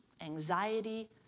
anxiety